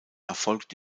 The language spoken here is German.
erfolgt